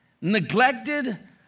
neglected